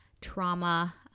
trauma